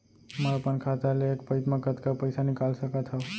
मैं अपन खाता ले एक पइत मा कतका पइसा निकाल सकत हव?